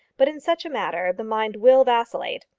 but in such a matter the mind will vacillate.